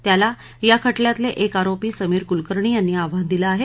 त्याला या खटल्यातले एक आरोपी समीर कुलकर्णी यांनी आव्हान दिलं आहे